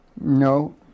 No